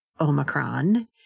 Omicron